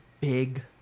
big